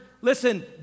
listen